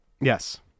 Yes